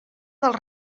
dels